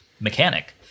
mechanic